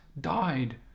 died